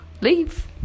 leave